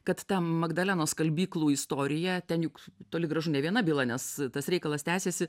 kad ta magdalenos skalbyklų istoriją ten juk toli gražu ne viena byla nes tas reikalas tęsėsi